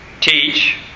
teach